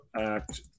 act